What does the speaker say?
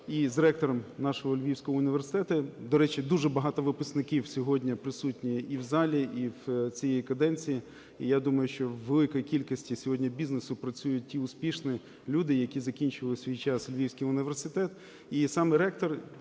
і з ректором нашого Львівського університету, до речі, дуже багато випускників сьогодні присутні і в залі, і в цій каденції. І я думаю, що в великій кількості сьогодні бізнесу працюють ті успішні люди, які закінчували у свій час Львівський університет. І саме ректор,